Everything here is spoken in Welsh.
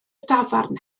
dafarn